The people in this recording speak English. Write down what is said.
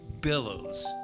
billows